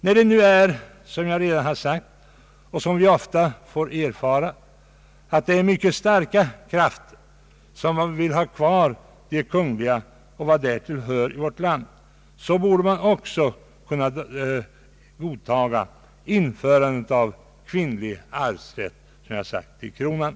När det nu, som vi ofta får erfara, är mycket starka krafter som vill ha kvar monarkin och vad därtill hör, borde man också kunna godtaga införandet av kvinnlig arvsrätt till kronan.